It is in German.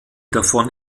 davon